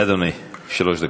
אדוני, שלוש דקות.